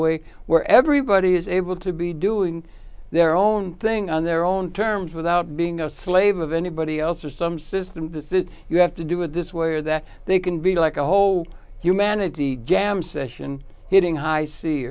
way where everybody is able to be doing their own thing on their own terms without being a slave of anybody else or some system that says you have to do it this way or that they can be like a whole humanity jam session hitting high c